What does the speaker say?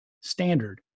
standard